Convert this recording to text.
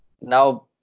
Now